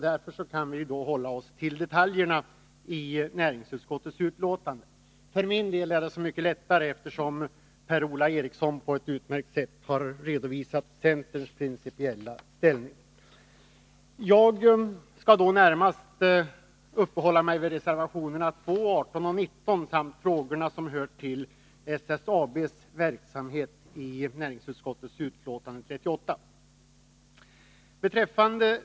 Därför kan vi hålla oss till detaljerna i näringsutskottets betänkande. För min del är det så mycket lättare, eftersom Per-Ola Eriksson på ett utmärkt sätt har redovisat centerns principiella inställning. z Jag skall närmast uppehålla mig vid reservationerna 2, 18 och 19 samt vid frågorna i näringsutskottets betänkande 38 som hör samman med SSAB:s verksamhet.